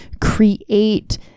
create